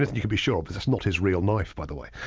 and you can be sure but that's not his real knife, by the way.